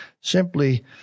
simply